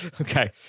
Okay